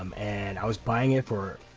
um and i was buying it for